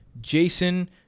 Jason